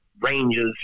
ranges